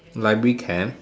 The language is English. library camp